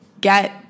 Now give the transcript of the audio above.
get